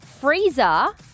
Freezer